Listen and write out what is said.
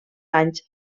anys